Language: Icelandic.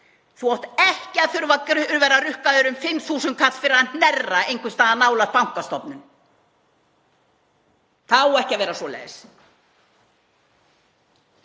Þú átt ekki að þurfa að verða rukkaður um 5.000 kall fyrir að hnerra einhvers staðar nálægt bankastofnun. Það á ekki að vera svoleiðis.